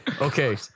Okay